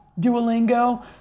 Duolingo